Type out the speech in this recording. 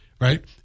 Right